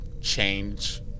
change